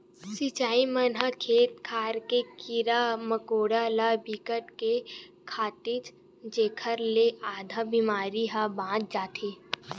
चिरई मन ह खेत खार के कीरा मकोरा ल बिकट के खाथे जेखर ले आधा बेमारी ह बाच जाथे